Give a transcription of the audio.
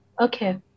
Okay